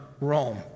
Rome